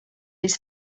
his